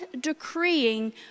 decreeing